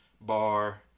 bar